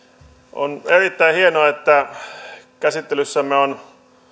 on erittäin hienoa että käsittelyssämme on